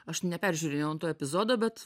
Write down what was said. aš neperžiūrėjau to epizodo bet